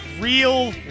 real